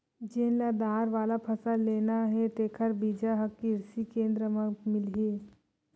जेन ल दार वाला फसल लेना हे तेखर बीजा ह किरसी केंद्र म मिलही